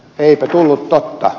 eipä tullut totta